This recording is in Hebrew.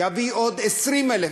אלא יביא עוד 20,000,